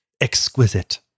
Exquisite